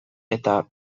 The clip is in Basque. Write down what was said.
eta